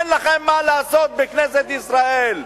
אין לכם מה לעשות בכנסת ישראל.